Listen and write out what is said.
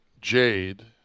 Jade